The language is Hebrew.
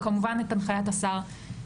וכמובן גם את הנחיית השר,